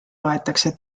loetakse